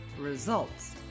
results